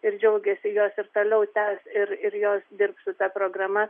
ir džiaugiasi jos ir toliau tęs ir ir jos dirbs su ta programa